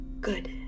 Good